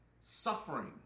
suffering